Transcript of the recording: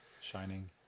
shining